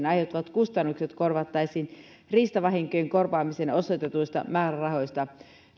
aiheutuvat kustannukset korvattaisiin riistavahinkojen korvaamiseen osoitetuista määrärahoista tämä